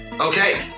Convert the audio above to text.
Okay